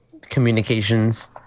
communications